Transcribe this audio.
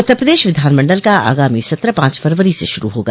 उत्तर प्रदेश विधानमंडल का आगामी सत्र पांच फरवरी से शरू होगा